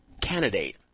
candidate